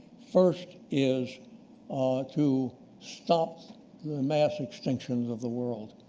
first is to stop the mass extinctions of the world,